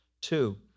Two